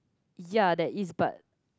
yeah that is but